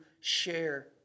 share